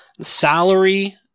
salary